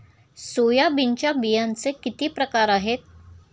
सोयाबीनच्या बियांचे किती प्रकार आहेत?